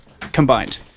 combined